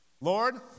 Lord